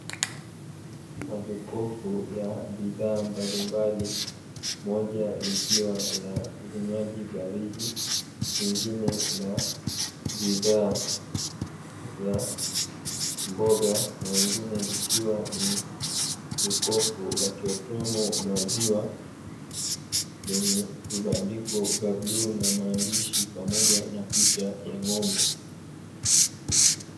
Majokofu ya bidhaa mbali mbali moja la vinywaji baridi, lingine la bidhaa za mboga na lingine likiwa ni jokofu la kiautomo maziwa, lenye vibandiko vya bluu na maandishi pamoja na picha ya ng'ombe.